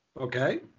Okay